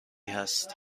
هست